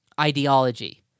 ideology